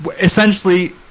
essentially